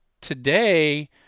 today